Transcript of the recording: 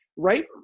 Right